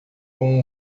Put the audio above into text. com